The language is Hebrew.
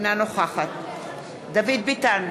אינה נוכחת דוד ביטן,